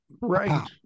Right